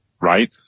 right